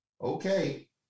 okay